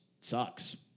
sucks